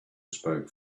spoke